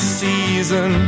season